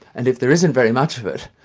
and if there isn't very much of it,